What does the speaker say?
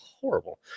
horrible